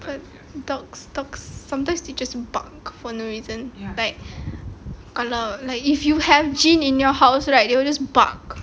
but dogs dogs sometimes they just bark for no reason like kalau like if you have jin in your house like they would just bark